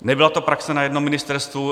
Nebyla to praxe na jednom ministerstvu.